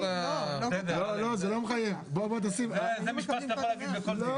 זה לא מחייב --- זה משפט שאתה יכול להגיד בכל חוק.